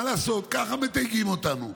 מה לעשות, ככה מתייגים אותנו.